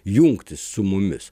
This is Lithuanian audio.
jungtis su mumis